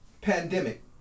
pandemic